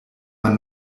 man